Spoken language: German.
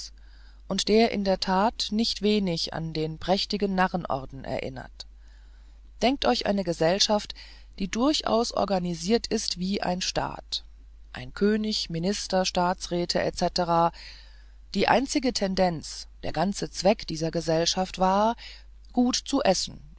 und der in der tat nicht wenig an den prächtigen narrenorden erinnerte denkt euch eine gesellschaft die durchaus organisiert ist wie ein staat ein könig minister staatsräte etc die einzige tendenz der ganze zweck dieser gesellschaft war gut zu essen